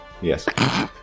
Yes